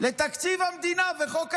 בתקציב המדינה, בחוק ההסדרים,